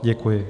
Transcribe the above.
Děkuji.